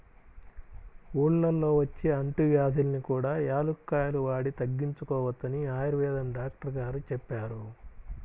ఊళ్ళల్లో వచ్చే అంటువ్యాధుల్ని కూడా యాలుక్కాయాలు వాడి తగ్గించుకోవచ్చని ఆయుర్వేదం డాక్టరు గారు చెప్పారు